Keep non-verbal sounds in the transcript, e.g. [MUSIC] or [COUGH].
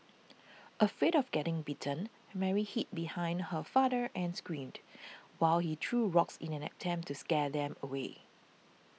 [NOISE] afraid of getting bitten Mary hid behind her father and screamed while he threw rocks in an attempt to scare them away